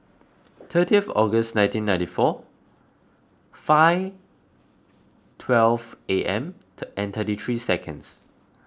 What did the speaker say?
thirtieth August nineteen ninety four five twelve A M thirty three seconds